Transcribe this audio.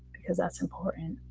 because that's important.